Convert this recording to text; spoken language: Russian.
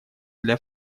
для